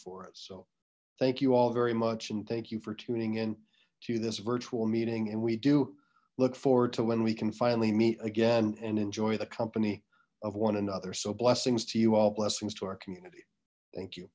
for it so thank you all very much and thank you for tuning in to this virtual meeting and we do look forward to when we can finally meet again and enjoy the company of one another so blessings to you all blessings to our community thank you